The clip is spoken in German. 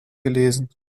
gelesen